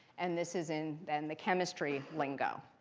and this is in then the chemistry lingo.